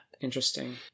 Interesting